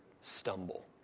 stumble